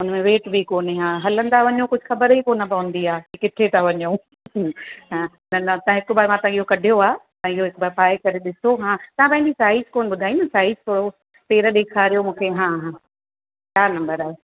उन में वेट बि कोन्हे हा हलंदा वञो कुझु खबर ई कोन पवंदी आहे की किथे तव्हां वञऊं हा न न ता मां त हिकु बार इहो हिकु कढियो आहे हा इहो हिकु बार पाए करे ॾिसो हा तव्हां पंहिंजी साइज़ कोन ॿुधाई न साइज थोरो पेर ॾेखारियो मूंखे हा हा चारि नंबर आहे